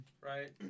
right